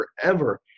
forever